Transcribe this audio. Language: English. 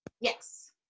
Yes